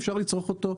אפשר לצרוך אותו,